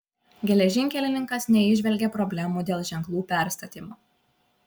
geležinkelininkas neįžvelgė problemų dėl ženklų perstatymo